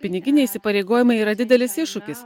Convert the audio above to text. piniginiai įsipareigojimai yra didelis iššūkis